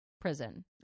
prison